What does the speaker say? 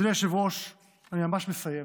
אדוני היושב-ראש, אני ממש מסיים,